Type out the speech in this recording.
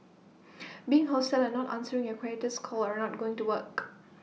being hostile and not answering your creditor's call are not going to work